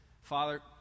Father